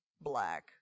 black